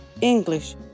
English